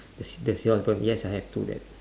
there's there's your pen yes I have two that